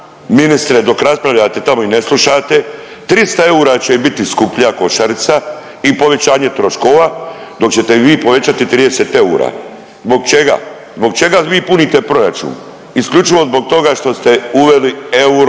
ministre dok raspravljate tamo i ne slušate, 300 eura će im biti skuplja košarica i povećanje troškova dok ćete im vi povećati 30 eura. Zbog čega? Zbog čega vi punite proračun? Isključivo zbog toga što ste uveli euro